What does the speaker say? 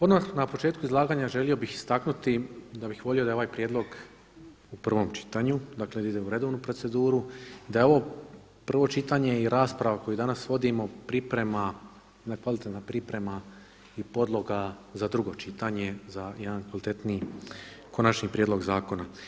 Odmah na početku izlaganja želio bih istaknuti da bih volio da je ovaj prijedlog u prvom čitanju, dakle da ide u redovnu proceduru i da je ovo prvo čitanje i rasprava koju danas vodimo priprema, jedna kvalitetna priprema i podloga za drugo čitanje, za jedan kvalitetniji konačni prijedlog zakona.